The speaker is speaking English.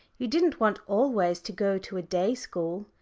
you didn't want always to go to a day-school.